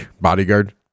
bodyguard